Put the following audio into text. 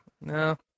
No